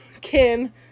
Ken